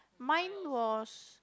mine was